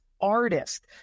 artist